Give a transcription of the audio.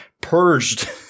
purged